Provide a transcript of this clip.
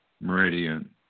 meridian